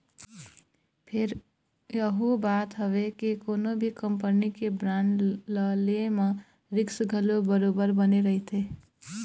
फेर यहूँ बात हवय के कोनो भी कंपनी के बांड ल ले म रिस्क घलोक बरोबर बने रहिथे